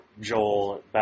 Joel